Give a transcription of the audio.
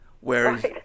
whereas